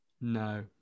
No